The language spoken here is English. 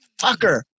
Fucker